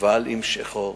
ועל משכו.